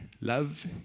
love